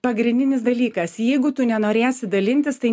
pagrindinis dalykas jeigu tu nenorėsi dalintis tai